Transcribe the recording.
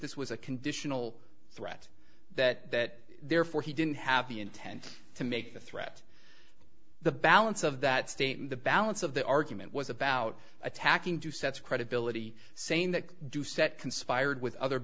this was a conditional threat that therefore he didn't have the intent to make the threat the balance of that state and the balance of the argument was about attacking two sets of credibility saying that doucette conspired with other